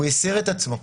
והוא הסיר את עצמו,